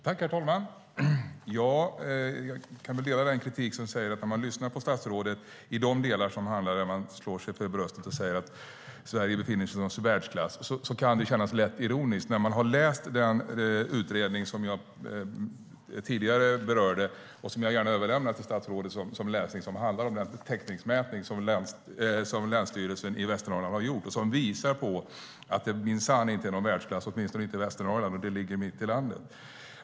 Herr talman! Jag kan väl dela en kritik som framförs när man lyssnar på statsrådet. Det gäller de delar som handlar om att man slår sig för bröstet och säger att Sverige befinner sig i världsklass. Det kan kännas lätt ironiskt när man har läst den utredning som jag tidigare berörde och som jag gärna överlämnar till statsrådet för läsning. Den handlar om den täckningsmätning som länsstyrelsen i Västernorrland har gjort och som visar på att det minsann inte är någon världsklass, åtminstone inte i Västernorrland. Men det ligger mitt i landet.